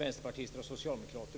av vänsterpartister och socialdemokrater.